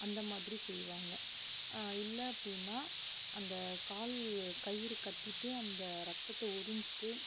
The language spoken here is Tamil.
அந்த மாதிரி செய்வாங்க இல்லை அப்படின்னா அந்த கால் கயிறு கட்டிட்டு அந்த ரத்தத்தை உறிஞ்சிட்டு